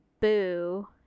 Boo